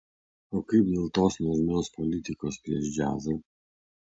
o kaip dėl tos nuožmios politikos prieš džiazą